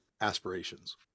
aspirations